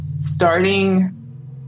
Starting